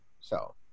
So-